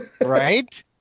Right